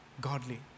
Godly